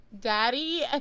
Daddy